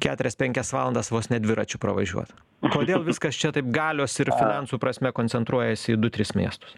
keturias penkias valandas vos ne dviračiu pravažiuot kodėl viskas čia taip galios ir finansų prasme koncentruojasi į du tris miestus